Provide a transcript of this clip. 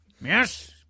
Yes